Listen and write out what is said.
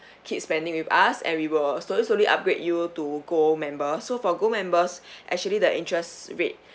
keep spending with us and we will slowly slowly upgrade you to gold member so for gold members actually the interest rate